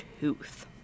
tooth